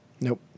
nope